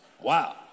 wow